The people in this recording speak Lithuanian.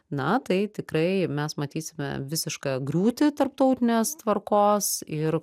na tai tikrai mes matysime visišką griūtį tarptautinės tvarkos ir